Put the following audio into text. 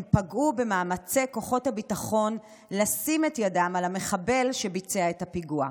הם פגעו במאמצי כוחות הביטחון לשים את ידם על המחבל שביצע את הפיגוע,